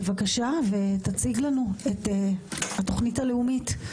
בבקשה, תציג לנו את התוכנית הלאומית.